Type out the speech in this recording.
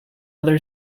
other